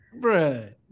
Bruh